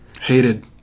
Hated